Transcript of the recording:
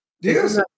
yes